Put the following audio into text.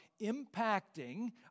impacting